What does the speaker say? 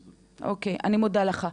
אוקיי, אני מודה לך.